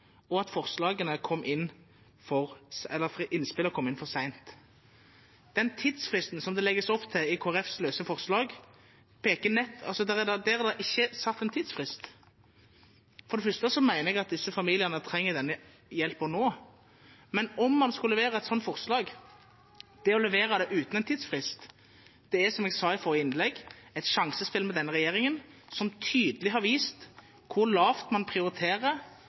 og at innspillene kom inn for sent. Når det gjelder tidsfristen: I Kristelig Folkepartis løse forslag er det ikke satt en tidsfrist. For det første mener jeg at disse familiene trenger denne hjelpen nå. Men å levere et sånt forslag uten en tidsfrist er, som jeg sa i forrige innlegg, et sjansespill med denne regjeringen, som tydelig har vist hvor lavt man prioriterer